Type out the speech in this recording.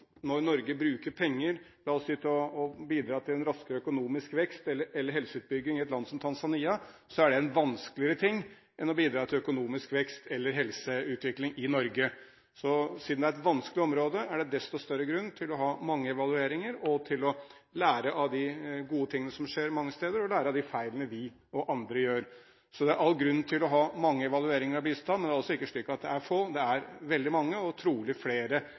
når Norge bruker penger, la oss si, til å bidra til en raskere økonomisk vekst eller helseutbygging i et land som Tanzania, er det vanskeligere enn å bidra til økonomisk vekst eller helseutvikling i Norge. Siden det er et vanskelig område, er det desto større grunn til å ha mange evalueringer og lære av de gode tingene som skjer mange steder, og lære av de feilene vi og andre gjør. Det er derfor all grunn til å ha mange evalueringer av bistand, men det er altså ikke slik at det er få av dem. Det er veldig mange og trolig flere